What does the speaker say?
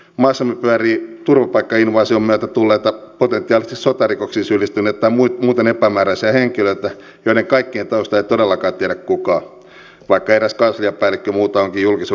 maassamme pyörii turvapaikkainvaasion myötä tulleita potentiaalisesti sotarikoksiin syyllistyneitä tai muuten epämääräisiä henkilöitä joiden kaikkien taustaa ei todellakaan tiedä kukaan vaikka eräs kansliapäällikkö muuta onkin julkisuudessa kertonut